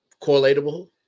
correlatable